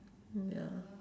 mm ya